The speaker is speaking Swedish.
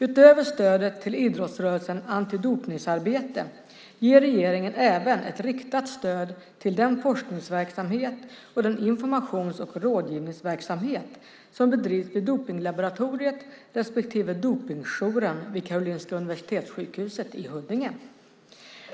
Utöver stödet till idrottsrörelsens antidopningsarbete ger regeringen även ett riktat stöd till den forskningsverksamhet och den informations och rådgivningsverksamhet som bedrivs vid dopningslaboratoriet respektive dopningsjouren vid Karolinska universitetssjukhuset i Huddinge.